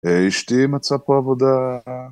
אה אשתי מצאה פה עבודה...